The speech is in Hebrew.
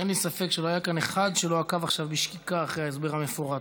אין לי ספק שלא היה כאן אחד שלא עקב עכשיו בשקיקה אחרי ההסבר המפורט.